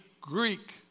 Greek